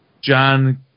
John